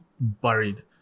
buried